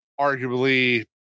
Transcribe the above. arguably